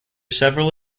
several